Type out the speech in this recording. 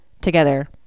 together